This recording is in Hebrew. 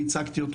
אני ייצגתי אותו.